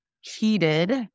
heated